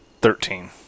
Thirteen